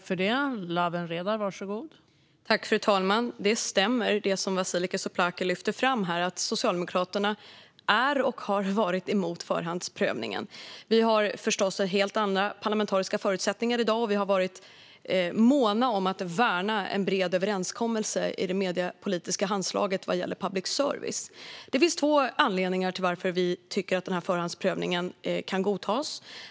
Fru talman! Det som Vasiliki Tsouplaki lyfter fram stämmer. Socialdemokraterna är och har varit emot förhandsprövningen. Vi har förstås helt andra parlamentariska förutsättningar i dag, och vi har varit måna om att värna en bred överenskommelse i det mediepolitiska handslaget vad gäller public service. Det finns tre anledningar till att vi tycker att förhandsprövningen kan godtas.